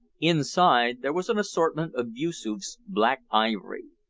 inside there was an assortment of yoosoof's black ivory.